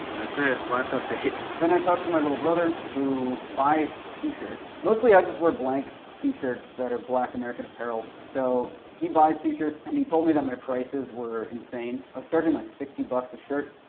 that's it, last update. then i talked to my little brother, who buys t-shirts. mostly i just wear blank t-shirts that are black american apparels. so, he buys t-shirts and he told me that my prices were insane. i was starting like sixty bucks a shirt,